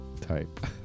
type